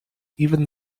even